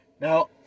Now